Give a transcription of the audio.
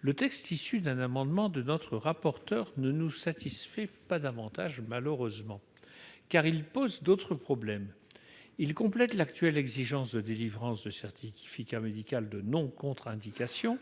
Le texte issu d'un amendement de notre rapporteure ne nous satisfait pas davantage, malheureusement, car il pose d'autres problèmes. Il complète l'actuelle exigence de délivrance de certificat médical de non-contre-indication